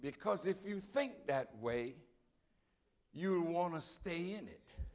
because if you think that way you want to stay in it